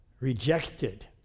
Rejected